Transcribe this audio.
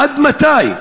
עד מתי?